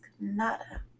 nada